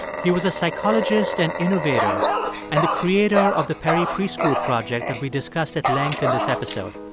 he was a psychologist and innovator and the creator of the perry preschool project that we discussed at length in this episode.